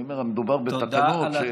אני אומר שהמדובר בתקנות.